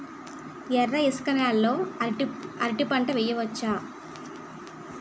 ఎర్ర ఇసుక నేల లో అరటి పంట వెయ్యచ్చా?